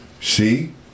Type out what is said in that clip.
see